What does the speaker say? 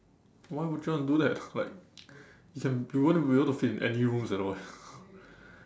why would you want to do that like you can you won't be able to fit in any rooms at all eh